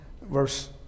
verse